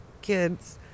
kids